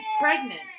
pregnant